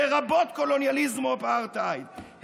לרבות קולוניאליזם או אפרטהייד,